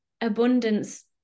abundance